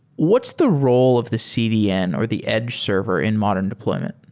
what's the role of the cdn, or the edge server in modern deployment?